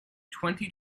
twenty